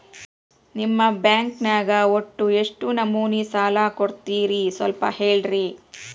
ನಿಮ್ಮ ಬ್ಯಾಂಕ್ ನ್ಯಾಗ ಒಟ್ಟ ಎಷ್ಟು ನಮೂನಿ ಸಾಲ ಕೊಡ್ತೇರಿ ಸ್ವಲ್ಪ ಹೇಳ್ರಿ